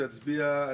תצביע.